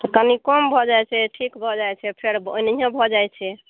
कानी कम भऽ जाइत छै ठीक भऽ जाइत छै फेर ओनाहिए भऽ जाइत छै